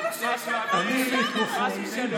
אני עם מיקרופון,